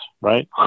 right